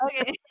Okay